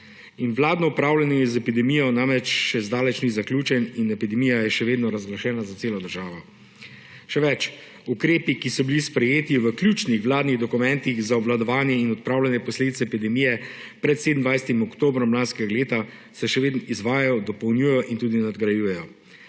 Vladno upravljanje z epidemijo namreč še zdaleč ni zaključeno in epidemija je še vedno razglašena za celo državo. Še več, ukrepi, ki so bili sprejeti v ključnih vladnih dokumentih za obvladovanje in odpravljanje posledic epidemije pred 27. oktobrom lanskega leta, se še vedno izvajajo, dopolnjujejo in tudi nadgrajujejo.